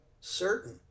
certain